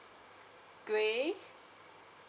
grey